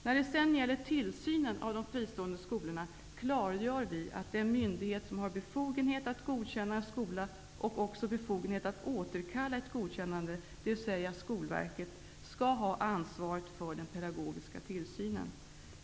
När det gäller tillsynen av de fristående skolorna klargör vi att den myndighet som har befogenhet att godkänna en skola och också befogenhet att återkalla ett godkännande, dvs. Skolverket, skall ha ansvaret för den pedagogiska tillsynen.